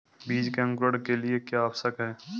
बीज के अंकुरण के लिए क्या आवश्यक है?